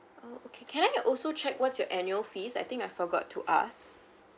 oh okay can I also check what's your annual fees I think I forgot to ask